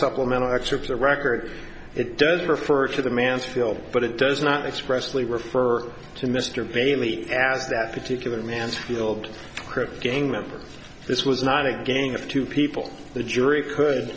supplemental excerpt the record it does refer to the mansfield but it does not expressly refer to mr bailey as that particular mansfield crips gang member this was not a gang of two people the jury could